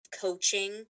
coaching